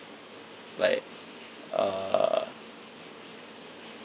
like uh